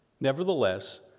Nevertheless